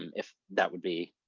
um if that would be